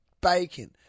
bacon